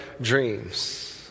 dreams